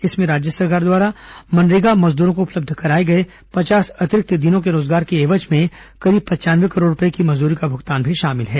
इसमें राज्य सरकार द्वारा मनरेगा मजदूरों को उपलब्ध कराए गए पचास अतिरिक्त दिनों के रोजगार के एवज में करीब पचानये करोड़ रूपए का मजदूरी भुगतान भी शामिल है